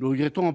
nous regrettons